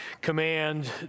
command